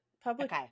public